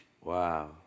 Wow